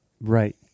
right